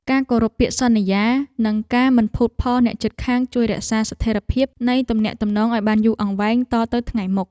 ការគោរពពាក្យសន្យានិងការមិនភូតភរអ្នកជិតខាងជួយរក្សាស្ថិរភាពនៃទំនាក់ទំនងឱ្យបានយូរអង្វែងតទៅថ្ងៃមុខ។